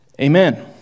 Amen